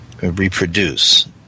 reproduce